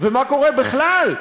ומה קורה בכלל,